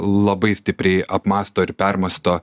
labai stipriai apmąsto ir permąsto